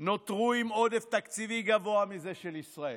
נותרו עם עודף תקציבי גבוה מזה של ישראל,